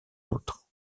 d’autre